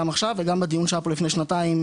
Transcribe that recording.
עכשיו וגם בדיון שהיה פה לפני שנתיים,